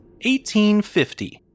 1850